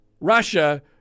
Russia